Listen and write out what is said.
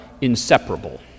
inseparable